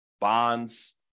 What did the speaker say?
bonds